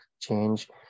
change